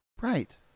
Right